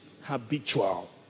habitual